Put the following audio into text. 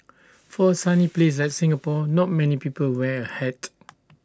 for A sunny place like Singapore not many people wear A hat